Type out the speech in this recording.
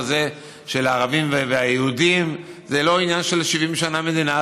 הזה של הערבים והיהודים זה לא עניין של 70 שנה מדינה,